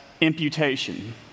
imputation